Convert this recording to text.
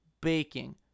baking